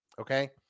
okay